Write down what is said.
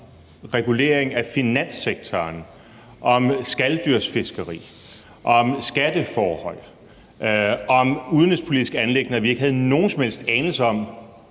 regulering af finanssektoren, om skaldyrsfiskeri, om skatteforhold og om udenrigspolitiske anliggender, vi ikke havde nogen som helst anelse om